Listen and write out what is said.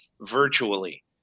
virtually